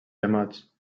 remats